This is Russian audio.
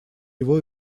его